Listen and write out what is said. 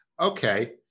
Okay